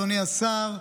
אדוני השר.